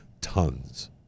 tons